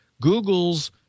Google's